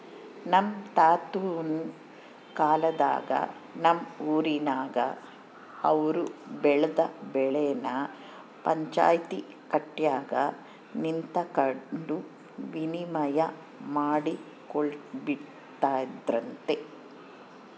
ನಮ್ ತಾತುನ್ ಕಾಲದಾಗ ನಮ್ ಊರಿನಾಗ ಅವ್ರು ಬೆಳ್ದ್ ಬೆಳೆನ ಪಂಚಾಯ್ತಿ ಕಟ್ಯಾಗ ನಿಂತಕಂಡು ವಿನಿಮಯ ಮಾಡಿಕೊಂಬ್ತಿದ್ರಂತೆ